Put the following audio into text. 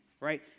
right